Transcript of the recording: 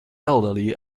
elderly